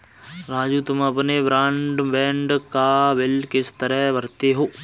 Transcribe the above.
राजू तुम अपने ब्रॉडबैंड का बिल किस तरह भरते हो